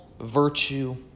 Virtue